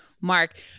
mark